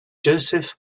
joseph